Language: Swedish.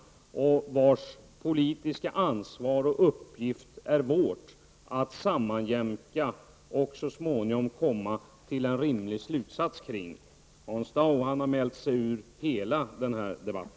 Det är vårt politiska ansvar och vår uppgift att sammanjämka dem och så småningom komma till en rimlig slutsats. Hans Dau har mält sig ur hela denna debatt.